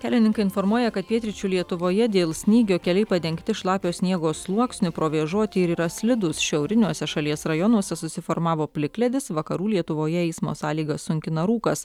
kelininkai informuoja kad pietryčių lietuvoje dėl snygio keliai padengti šlapio sniego sluoksniu provėžoti ir yra slidūs šiauriniuose šalies rajonuose susiformavo plikledis vakarų lietuvoje eismo sąlygas sunkina rūkas